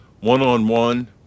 one-on-one